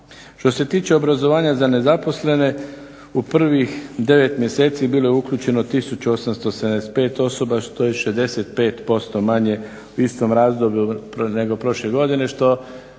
Što se tiče obrazovanja za nezaposlene u prvih 9 mjeseci bilo je uključeno 1875 osoba što je 65% manje u istom razdoblju nego prošle godine, što